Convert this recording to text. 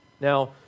Now